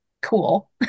cool